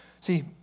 See